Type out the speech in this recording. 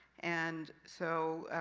and so